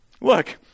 Look